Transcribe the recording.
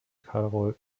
carol